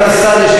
חבר הכנסת סעדי,